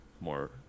more